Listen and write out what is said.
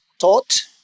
taught